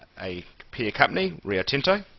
a peer company, rio tinto.